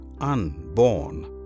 unborn